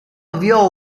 avviò